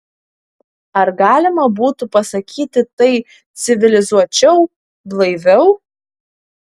ar galima būtų pasakyti tai civilizuočiau blaiviau